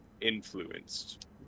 influenced